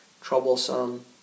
troublesome